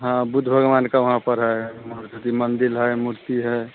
हाँ बुद्ध भगवान की वहाँ पर है मूर्ति उर्ति मन्दिर है मूर्ति है